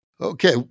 Okay